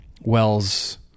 Wells